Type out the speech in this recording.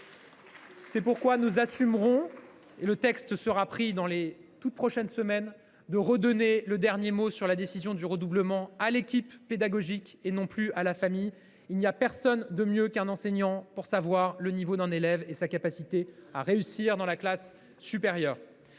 C’est pourquoi nous assumons – un décret sera pris dans les toutes prochaines semaines – de redonner le dernier mot concernant un redoublement à l’équipe pédagogique et non plus à la famille. Personne ne connaît mieux qu’un enseignant le niveau d’un élève et sa capacité à réussir dans la classe supérieure.